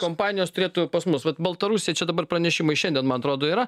kompanijos turėtų pas mus vat baltarusiją čia dabar pranešimai šiandien man atrodo yra